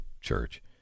church